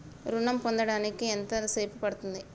ఋణం పొందడానికి ఎంత సేపు పడ్తుంది?